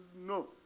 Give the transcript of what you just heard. no